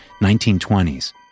1920s